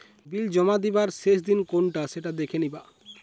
বিল জমা দিবার শেষ দিন কোনটা সেটা দেখে নিবা